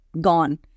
gone